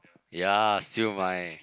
ya siew-mai